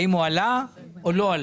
האם הוא עלה או לא?